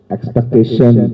Expectation